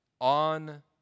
on